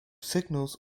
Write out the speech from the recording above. signals